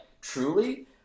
truly